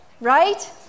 right